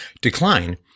decline